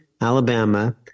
Alabama